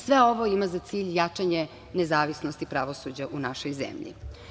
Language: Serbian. Sve ovo ima za cilj jačanje nezavisnosti pravosuđa u našoj zemlji.